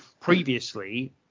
previously